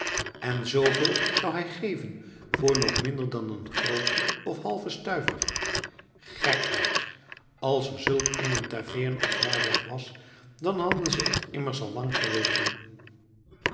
en zooveel zou hij geven voor nog minder dan een grootje of halven stuiver gekheid als er zulk eene taveerne of herberg was dan hadden ze het immers al lang geweten